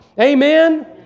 Amen